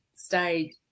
stayed